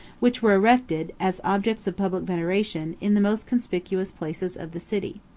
which were erected, as objects of public veneration, in the most conspicuous places of the city.